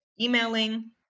emailing